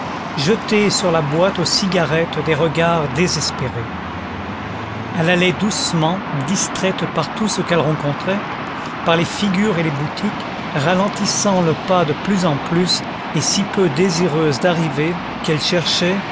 jeter sur la boîte aux cigarettes des regards désespérés elle allait doucement distraite par tout ce qu'elle rencontrait par les figures et les boutiques ralentissant le pas de plus en plus et si peu désireuse d'arriver qu'elle cherchait